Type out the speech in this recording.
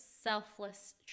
selfless